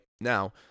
Now